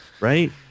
Right